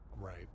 Right